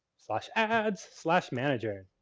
slash ads, slash manager.